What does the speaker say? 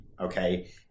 okay